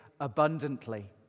abundantly